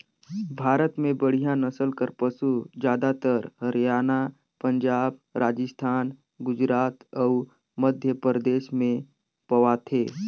भारत में बड़िहा नसल कर पसु जादातर हरयाना, पंजाब, राजिस्थान, गुजरात अउ मध्यपरदेस में पवाथे